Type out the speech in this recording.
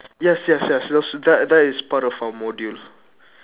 yes yes yes those that that is part of our module